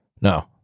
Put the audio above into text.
no